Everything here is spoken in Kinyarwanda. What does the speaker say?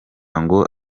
ngo